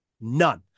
None